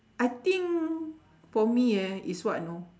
I think for me ah is what know